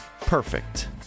Perfect